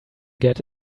get